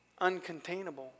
uncontainable